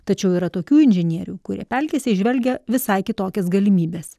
tačiau yra tokių inžinierių kurie pelkėse įžvelgia visai kitokias galimybes